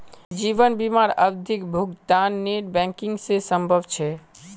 जीवन बीमार आवधिक भुग्तान नेट बैंकिंग से संभव छे?